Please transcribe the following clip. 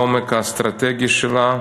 לעומק האסטרטגי שלה,